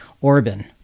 Orban